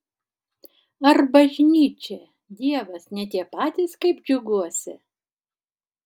ar bažnyčia dievas ne tie patys kaip džiuguose